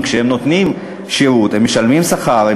כשהם נותנים שירות הם משלמים שכר,